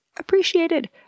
appreciated